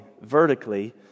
vertically